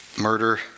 murder